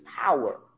power